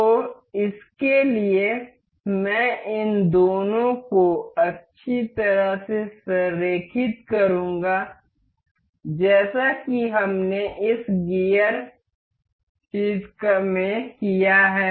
तो इसके लिए मैं इन दोनों को अच्छी तरह से संरेखित करूँगा जैसा कि हमने इस गियर चीज़ में किया है